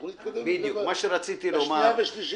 אנחנו נתקדם עם זה בהכנה לקריאה שנייה ושלישית.